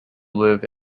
live